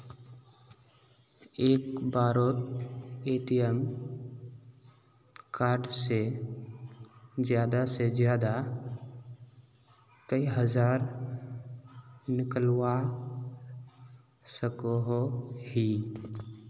एक बारोत ATM card से ज्यादा से ज्यादा कई हजार निकलवा सकोहो ही?